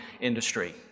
industry